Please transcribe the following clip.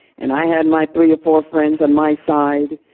and i had my three or four friends on my side.